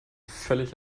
völlig